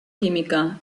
química